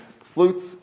flutes